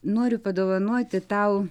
noriu padovanoti tau